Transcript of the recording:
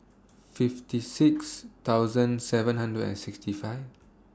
fifty six thousand seven hundred and sixty five